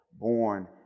born